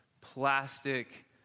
plastic